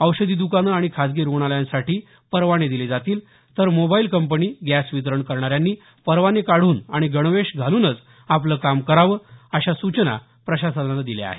औषधी द्कानं आणि खाजगी रूग्णालयांसाठी परवाने दिले जातील तर मोबाईल कंपनी गॅस वितरण करणाऱ्यांनी परवाने काढून आणि गणवेश घालूनच आपलं काम कराव अशा सूचना प्रशासनानं दिल्या आहेत